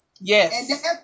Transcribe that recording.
Yes